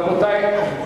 רבותי.